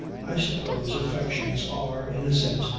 i suppose affections are, in a sense,